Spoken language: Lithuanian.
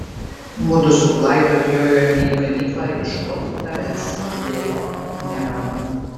mudu su klaidu atjojome į ganyklą ieškoti tavęs deja neradome